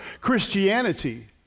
Christianity